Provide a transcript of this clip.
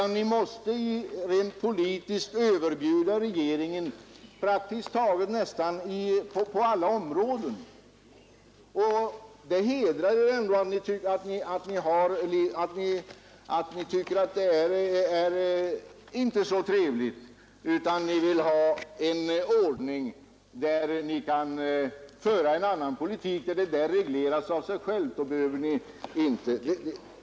Ni måste rent politiskt överbjuda regeringen på praktiskt taget alla områden. Och det hedrar er ändå att ni tycker att det här inte är så trevligt, utan ni vill ha en ordning där ni kan föra en annan politik och där detta regleras av sig självt.